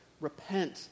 Repent